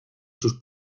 sus